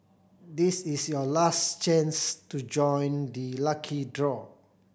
this is your last chance to join the lucky draw